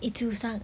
sangat